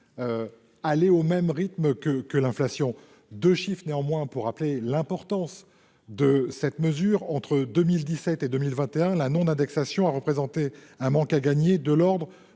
évoluer au même rythme que l'inflation. Deux chiffres témoignent de l'importance d'une telle mesure. Entre 2017 et 2021, la non-indexation a représenté un manque à gagner de l'ordre